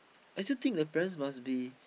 I still think the parents must be